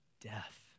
death